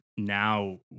now